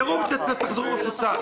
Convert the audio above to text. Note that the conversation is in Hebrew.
תחזרו עם זה מפוצל.